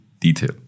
detail